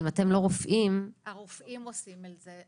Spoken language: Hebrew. אם אתם לא רופאים --- הרופאים עושים את זה.